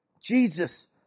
Jesus